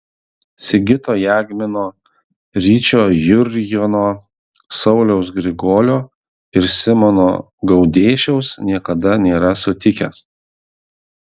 sigito jagmino ryčio jurjono sauliaus grigolio ir simono gaudėšiaus niekada nėra sutikęs